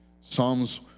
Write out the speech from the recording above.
Psalms